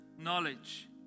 knowledge